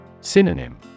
Synonym